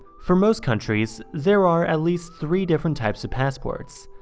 for most countries, there are at least three different types of passports.